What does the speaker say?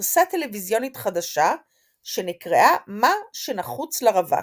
גרסה טלוויזיונית חדשה שנקראה "מה שנחוץ לרווק",